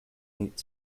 meet